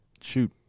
shoot